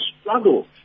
struggle